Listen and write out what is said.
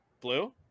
blue